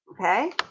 okay